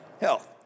Health